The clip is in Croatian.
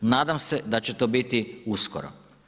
Nadam se da će to biti uskoro.